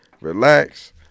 relax